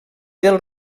del